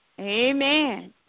Amen